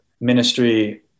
ministry